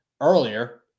earlier